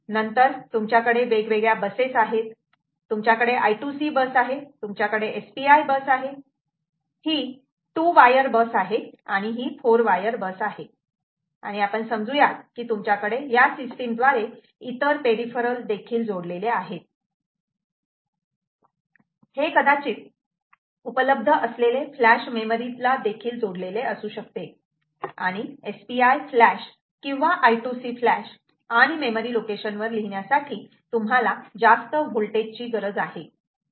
नंतर तुमच्याकडे वेगवेगळ्या बसेस आहेत तुमच्याकडे I2C बस आहे तुमच्याकडे SPI बस आहे ही 2 वायर बस आहे आणि ही 4 वायर बस आहे आणि आपण समजू यात की तुमच्याकडे या सिस्टीमद्वारे इतर पेरिफरल देखील जोडलेले आहेत हे कदाचित उपलब्ध असलेले फ्लॅश मेमरी देखील जोडलेली असू शकते आणि SPI फ्लॅश किंवा I2C फ्लॅश आणि मेमरी लोकेशन वर लिहिण्यासाठी तुम्हाला जास्त वोल्टेज ची गरज आहे